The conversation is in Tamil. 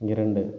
இரண்டு